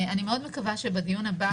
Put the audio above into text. אני מאוד מקווה שבדיון הבא